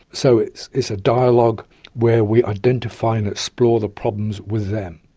so it's it's a dialogue where we identify and explore the problems with them.